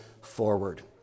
forward